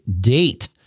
date